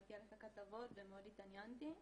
ראיתי עליך כתבות ומאוד התעניינתי.